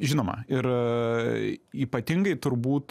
žinoma ir ypatingai turbūt